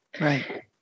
right